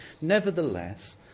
Nevertheless